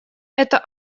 это